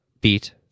Beat